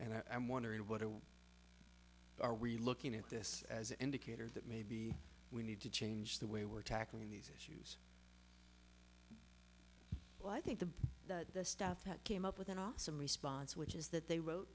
and i'm wondering what are we looking at this as an indicator that maybe we need to change the way we're tackling these lie think the that this stuff that came up with an awesome response which is that they wrote